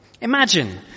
Imagine